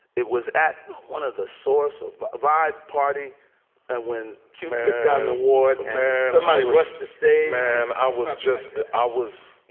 it was at one of the source of vibe party that when kumar got an award, the money was to stay, man i was just i was.